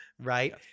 right